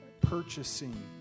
purchasing